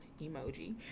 emoji